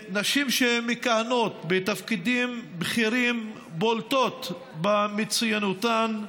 נשים שמכהנות בתפקידים בכירים בולטות במצוינותן,